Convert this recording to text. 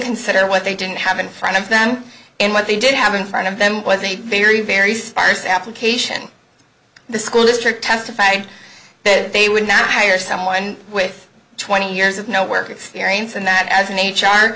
consider what they didn't have in front of them and what they did have in front of them was a very very sparse application in the school district testified that they would not hire someone with twenty years of no work experience and that as an h